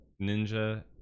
ninja